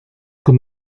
con